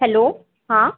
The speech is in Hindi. हेलो हाँ